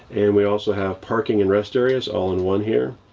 and we also have parking and rest areas all in one here.